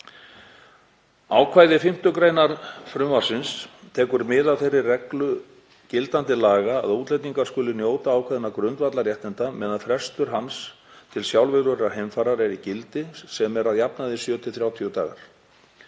Ákvæði 5. gr. frumvarpsins tekur mið af þeirri reglu gildandi laga að útlendingur skuli njóta ákveðinna grundvallarréttinda meðan frestur hans til sjálfviljugrar heimferðar er í gildi sem er að jafnaði 7–30 dagar.